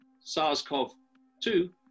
SARS-CoV-2